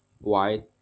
white